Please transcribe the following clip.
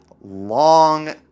long